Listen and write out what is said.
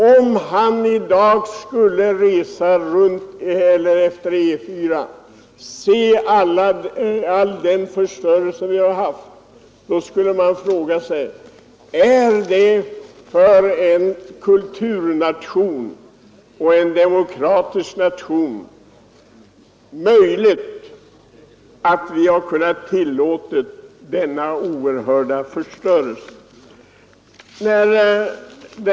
Om han i dag skulle resa efter E 4 och se all den förstörelse vi haft, då skulle han fråga sig om det för en kulturnation och en demokratisk nation är möjligt att ha kunnat tillåta denna oerhörda förstörelse.